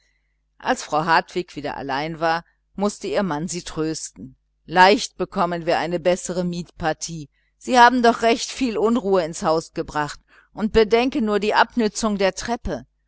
als frau hartwig wieder allein war mußte ihr mann sie trösten leicht bekommen wir eine bessere mietspartei sie haben doch recht viel unruhe im haus gemacht und bedenke nur die abnützung der treppe